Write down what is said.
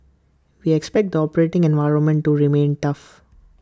we expect the operating environment to remain tough